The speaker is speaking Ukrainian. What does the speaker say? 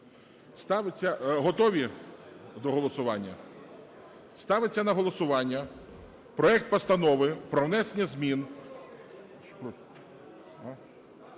Готові до голосування? Ставиться на голосування проект Постанови про внесення змін…